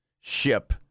ship